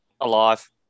alive